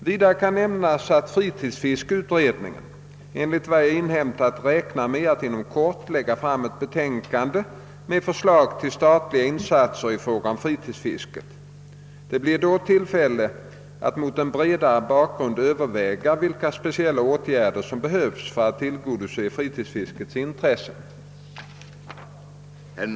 Vidare kan nämnas att fritidsfiskeutredningen enligt vad jag inhämtat räknar med att inom kort lägga fram ett betänkande med förslag till statliga insatser i fråga om fritidsfisket. Det blir då tillfälle att mot en bredare bakgrund överväga vilka speciella åtgärder som behövs för att tillgodose fritidsfiskets intressen.